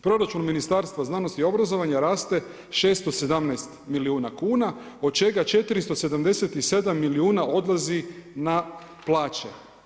Proračun Ministarstva znanosti i obrazovanja raste 617 milijuna kuna od čega 477 milijuna odlazi na plaće.